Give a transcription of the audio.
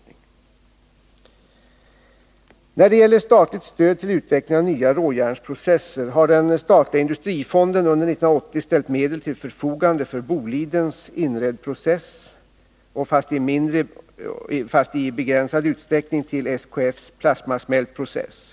När det gäller statligt stöd till utvecklingen av nya råjärnsprocesser har den statliga industrifonden under 1980 ställt medel till förfogande för Bolidens Inredprocess och — fast i begränsad utsträckning — till SKF:s plasmasmeltprocess.